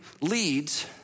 leads